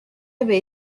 avait